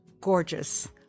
gorgeous